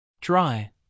Dry